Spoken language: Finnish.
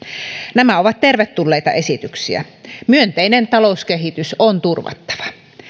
nämä ovat tervetulleita esityksiä myönteinen talouskehitys on turvattava